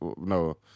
No